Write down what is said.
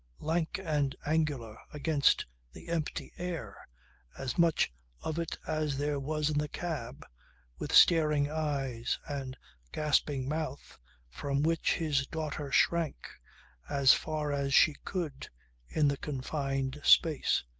lank and angular, against the empty air as much of it as there was in the cab with staring eyes and gasping mouth from which his daughter shrank as far as she could in the confined space.